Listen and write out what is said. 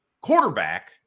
Quarterback